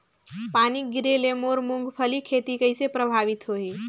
पानी गिरे ले मोर मुंगफली खेती कइसे प्रभावित होही?